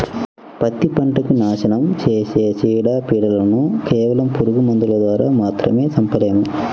పత్తి పంటకి నాశనం చేసే చీడ, పీడలను కేవలం పురుగు మందుల ద్వారా మాత్రమే చంపలేము